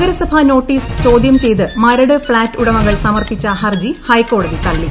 നഗരസഭാ നോട്ടീസ്ട് ചോദ്യം ചെയ്ത് മരട് ഫ്ളാറ്റ് ഉടമകൾ സമർപ്പിച്ച ഹർജി ഹ്ഹെ്ക്കോടതി തള്ളി